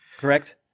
correct